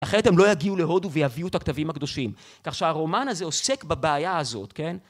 אחרת הם לא יגיעו להודו ויביאו את הכתבים הקדושים. כך שהרומן הזה עוסק בבעיה הזאת, כן?